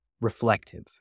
reflective